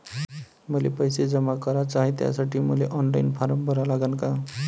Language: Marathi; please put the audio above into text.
मले पैसे जमा कराच हाय, त्यासाठी मले ऑनलाईन फारम भरा लागन का?